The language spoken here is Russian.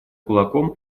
кулаком